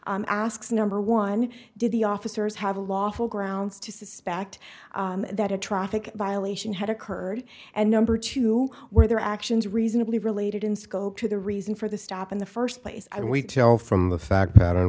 speak asks number one did the officers have a lawful grounds to suspect that a traffic violation had occurred and number two were their actions reasonably related in scope to the reason for the stop in the first place and we tell from the fact that